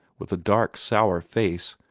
with a dark sour face,